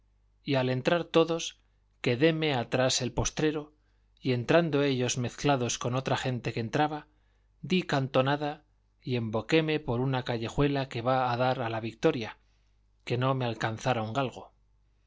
y al entrar todos quedéme atrás el postrero y en entrando ellos mezclados con otra gente que entraba di cantonada y emboquéme por una callejuela que va a dar a la vitoria que no me alcanzara un galgo